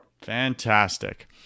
Fantastic